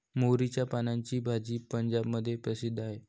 मोहरीच्या पानाची भाजी पंजाबमध्ये प्रसिद्ध आहे